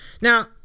now